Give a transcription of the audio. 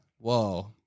Whoa